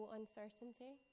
uncertainty